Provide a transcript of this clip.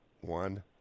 One